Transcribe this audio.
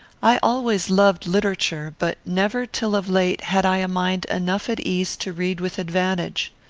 i always loved literature, but never, till of late, had i a mind enough at ease to read with advantage.